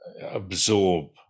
absorb